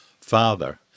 Father